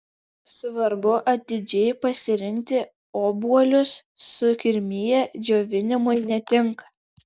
svarbu atidžiai pasirinkti obuolius sukirmiję džiovinimui netinka